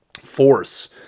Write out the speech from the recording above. force